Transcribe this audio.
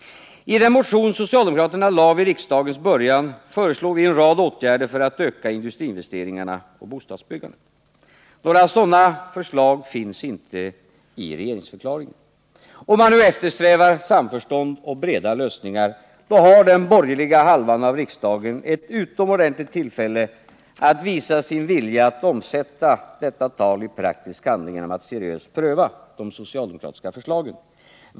I den motion som socialdemokraterna lade vid riksdagens början föreslog vi en rad åtgärder för att öka industriinvesteringarna och bostadsbyggandet. Några sådana förslag finns inte i regeringsförklaringen. Om man nu eftersträvar samförstånd och breda lösningar, då har den borgerliga halvan av riksdagen ett utomordentligt tillfälle att visa sin vilja att omsätta detta tal i praktisk handling genom att seriöst pröva de socialdemokratiska förslagen.